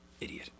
Idiot